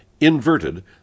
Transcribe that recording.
Inverted